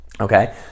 okay